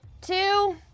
two